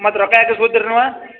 ಮತ್ತು ರೊಕ್ಕ ಯಾಕೆ ಇಸ್ಕೊತೀರ ನೀವು